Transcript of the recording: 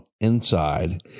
inside